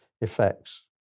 effects